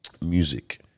music